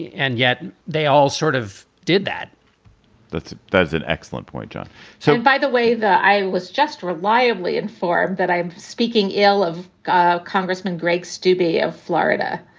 and yet they all sort of did that that's that's an excellent point, john so, by the way, that i was just reliably informed that i am speaking ill of congressman greg steube of of florida,